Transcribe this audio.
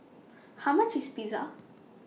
How much IS Pizza